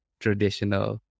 traditional